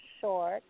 short